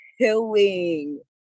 killing